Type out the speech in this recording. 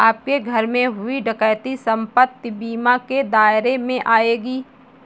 आपके घर में हुई डकैती संपत्ति बीमा के दायरे में आएगी